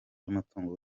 y’umutungo